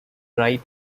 write